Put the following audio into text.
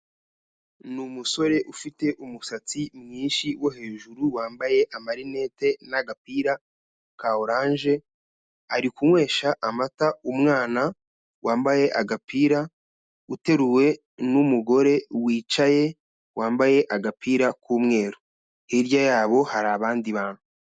Ni umusore ufite umusatsi mwinshi wo hejuru wambaye amarinete n'agapira ka oranje, ari kunywesha amata umwana wambaye agapira, uteruwe n'umugore wicaye, wambaye agapira k'umweru. Hirya yabo hari abandi bantu.